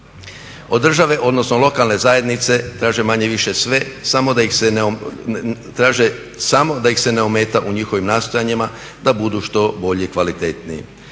Od države, odnosno lokalne zajednice traže manje-više sve samo da ih se ne, traže samo da ih se ne ometa u njihovim nastojanjima da budu što bolji i kvalitetniji.